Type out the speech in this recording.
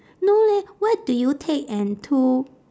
no leh what do you take and to